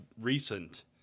recent